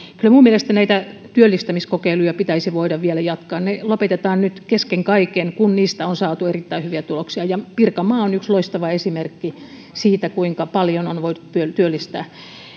kyllä minun mielestäni näitä työllistämiskokeiluja pitäisi voida vielä jatkaa ne lopetetaan nyt kesken kaiken kun niistä on saatu erittäin hyviä tuloksia ja pirkanmaa on yksi loistava esimerkki siitä kuinka paljon on voitu työllistää